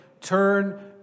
turn